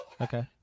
Okay